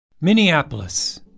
Minneapolis